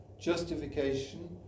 Justification